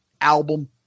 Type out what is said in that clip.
album